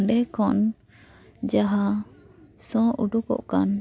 ᱚᱸᱰᱮ ᱠᱷᱚᱱ ᱡᱟᱦᱟᱸ ᱥᱚ ᱩᱰᱩᱠᱚᱜ ᱠᱟᱱ